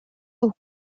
aux